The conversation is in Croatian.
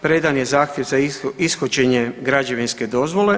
Predan je zahtjev za ishođenje građevinske dozvole.